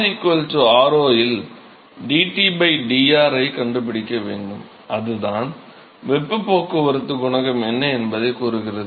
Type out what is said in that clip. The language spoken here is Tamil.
r r0 இல் dT dR ஐ கண்டுபிடிக்க வேண்டும் அதுதான் வெப்பப் போக்குவரத்து குணகம் என்ன என்பதைக் கூறுகிறது